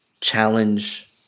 challenge